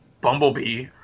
Bumblebee